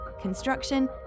construction